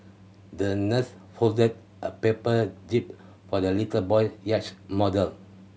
the nurse folded a paper jib for the little boy yacht model